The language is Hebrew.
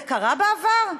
זה קרה בעבר?